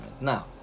Now